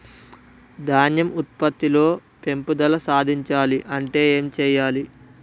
ధాన్యం ఉత్పత్తి లో పెంపుదల సాధించాలి అంటే ఏం చెయ్యాలి?